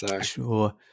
Sure